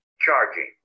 Charging